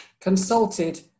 consulted